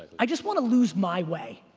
i just want to lose my way.